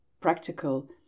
practical